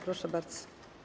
Proszę bardzo.